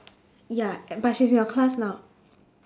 ya e~ but she's in your class now